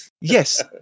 Yes